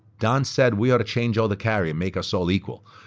don said we ought to change all the carry and make us all equal.